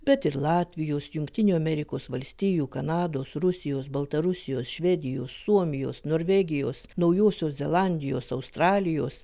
bet ir latvijos jungtinių amerikos valstijų kanados rusijos baltarusijos švedijos suomijos norvegijos naujosios zelandijos australijos